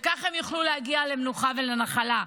וכך הם יוכלו להגיע למנוחה ולנחלה.